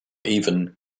even